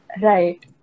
right